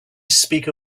speak